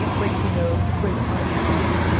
great key note, great podcast,